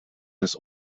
des